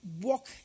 walk